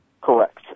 Correct